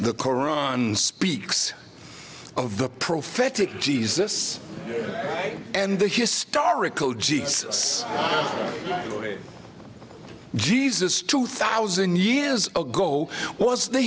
the koran speaks of the prophetic jesus and the historical jesus jesus two thousand years ago was the